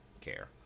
care